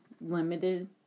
limited